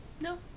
No